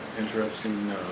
interesting